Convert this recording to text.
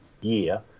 year